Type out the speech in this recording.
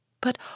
But